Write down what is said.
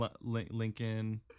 Lincoln